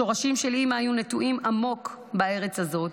השורשים של אימא היו נטועים עמוק בארץ הזאת,